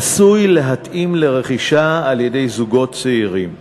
עשוי להתאים לרכישה על-ידי זוגות צעירים.